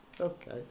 Okay